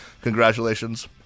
Congratulations